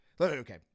Okay